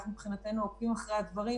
אנחנו מבחינתנו עוקבים אחרי הדברים